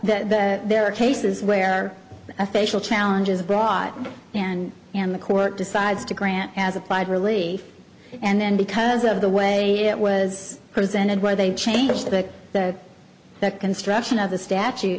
the that there are cases where a facial challenge is brought and and the court decides to grant has applied really and then because of the way it was presented where they changed the the construction of the statute